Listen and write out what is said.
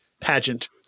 pageant